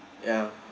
ya